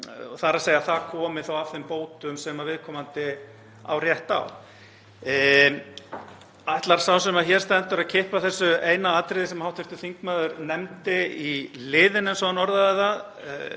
frá, þ.e. það komi þá af þeim bótum sem viðkomandi á rétt á. En ætlar sá sem hér stendur að kippa þessu eina atriði sem hv. þingmaður nefndi í liðinn, eins og hann orðaði það?